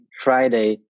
Friday